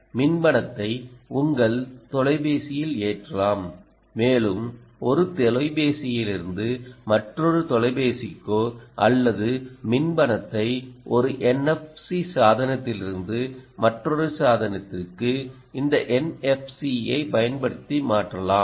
மின் பணத்தை உங்கள் தொலைபேசியில் ஏற்றலாம் மேலும் ஒரு தொலைபேசியிலிருந்து மற்றொரு தொலைபேசிக்கோ அல்லது மின் பணத்தை ஒரு என்எப்சி சாதனத்திலிருந்து மற்றொரு சாதனத்திற்கு இந்த என்எப்சியைப் பயன்படுத்தி மாற்றலாம்